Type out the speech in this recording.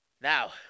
Now